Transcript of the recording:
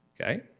Okay